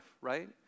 right